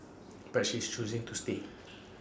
but she is choosing to stay